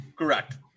Correct